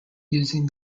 using